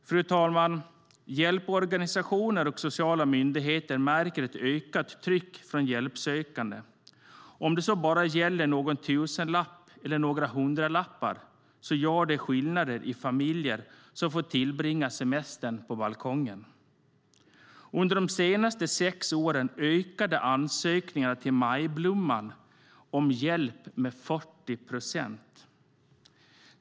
Fru talman! Hjälporganisationer och sociala myndigheter märker ett ökat tryck från hjälpsökande. Även om det bara gäller någon tusenlapp eller några hundralappar gör det skillnad i familjer som får tillbringa semestern på balkongen. Under de senaste sex åren ökade antalet hjälpansökningar till Majblomman med 40 procent.